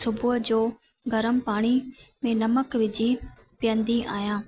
सुबुह जो गरमु पाणी में नमक विझी पीअंदी आहियां